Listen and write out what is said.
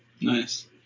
Nice